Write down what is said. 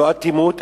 לא אטימות,